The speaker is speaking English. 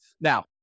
Now